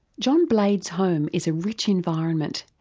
john blades' home is a rich environment.